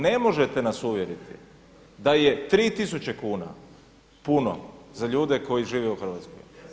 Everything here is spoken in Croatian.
Ne možete nas uvjeriti da je 3 tisuće kuna puno za ljude koji žive u Hrvatskoj.